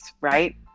right